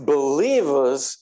Believers